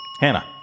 Hannah